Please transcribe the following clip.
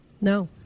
no